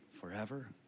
forever